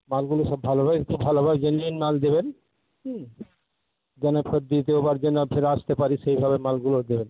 মালগুলো সব ভালোভাবে একটু ভালোভাবে জেনুইন মাল দেবেন হুম যেন ফের দ্বিতীয়বার যেন ফের আসতে পারি সেইভাবে মালগুলো দেবেন